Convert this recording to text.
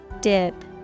Dip